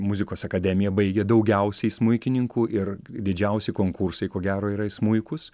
muzikos akademiją baigia daugiausiai smuikininkų ir didžiausi konkursai ko gero yra į smuikus